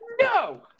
no